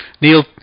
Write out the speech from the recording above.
Neil